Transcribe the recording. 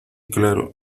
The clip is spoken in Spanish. claro